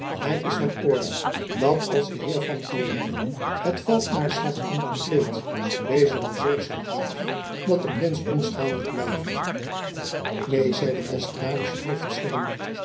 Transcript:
hy is van oordeel dat als de heer van turenne het veldmaarschalk ambt bekleedt deze wel zorg zal dragen dat de prins onschadelijk blijve neen zeide d'estrades het hoofd schuddende